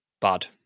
bad